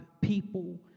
people